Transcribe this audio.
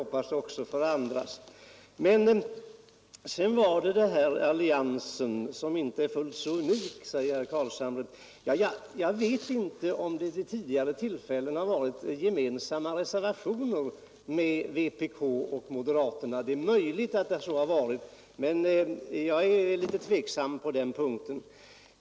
Carlshamre sade att här allians som den mellan moderaterna och vpk inte är så unik. Jag vet inte om vpk och Nr 127 moderaterna vid tidigare tillfällen har haft gemensamma reservationer — Onsdagen den det är möjligt, men jag är litet tveksam på den punkten.